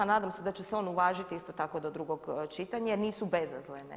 Nadam se da će se on uvažiti isto tako do drugog čitanja, jer nisu bezazlene.